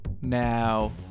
Now